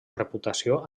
reputació